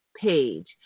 page